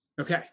Okay